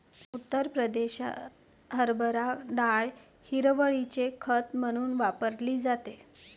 उत्तर प्रदेशात हरभरा डाळ हिरवळीचे खत म्हणून वापरली जाते